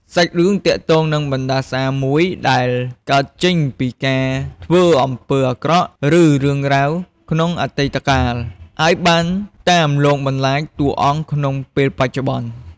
សាច់រឿងទាក់ទងនឹងបណ្ដាសាមួយដែលកើតចេញពីការធ្វើអំពើអាក្រក់ ឬរឿងរ៉ាវក្នុងអតីតកាល ហើយបានតាមលងបន្លាចតួអង្គក្នុងពេលបច្ចុប្បន្ន ។